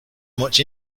much